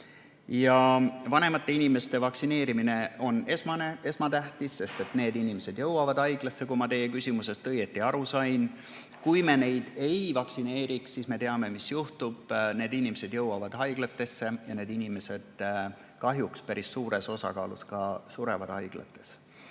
saa. Vanemate inimeste vaktsineerimine on esmatähtis, sest need inimesed jõuavad haiglasse. Kui ma teie küsimusest õieti aru sain, kui me neid ei vaktsineeriks, siis me teame, mis juhtub. Need inimesed jõuavad haiglatesse ja need inimesed kahjuks päris suures osakaalus ka surevad haiglates.